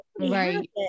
Right